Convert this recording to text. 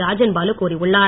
ராஜன் பாலு கூறியுள்ளார்